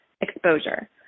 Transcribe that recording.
exposure